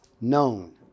known